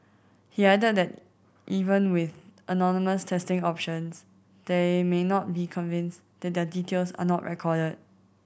he added that even with anonymous testing options they may not be convinced that their details are not recorded